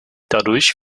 dadurch